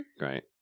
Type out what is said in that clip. Right